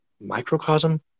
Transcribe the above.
microcosm